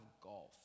golf